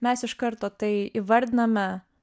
mes iš karto tai įvardiname